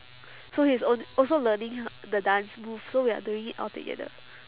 so he is al~ also learning h~ the dance move so we are doing it all together